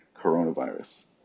coronavirus